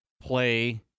play –